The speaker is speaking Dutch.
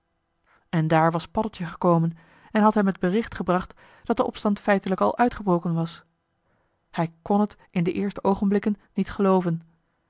en daar was paddeltje gekomen en had hem het bericht gebracht dat de opstand feitelijk al uitgebroken was hij kn het in de eerste oogenblikken niet gelooven